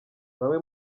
bamwe